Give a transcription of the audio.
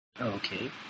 Okay